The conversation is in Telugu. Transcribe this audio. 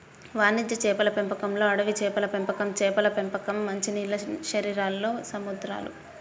వాణిజ్య చేపల పెంపకంలోఅడవి చేపల పెంపకంచేపల పెంపకం, మంచినీటిశరీరాల్లో సముద్రాలు